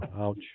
ouch